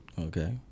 Okay